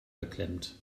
geklemmt